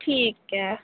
ठीक ऐ